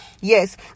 Yes